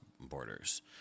borders